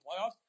playoffs